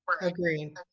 agreed